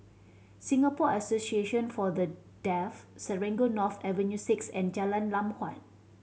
Singapore Association For The Deaf Serangoon North Avenue Six and Jalan Lam Huat